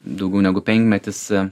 daugiau negu penkmetis